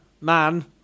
man